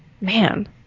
Man